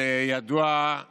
ידועה